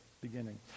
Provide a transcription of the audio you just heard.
beginning